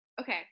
Okay